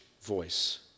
voice